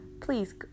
Please